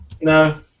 No